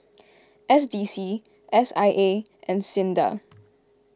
S D C S I A and Sinda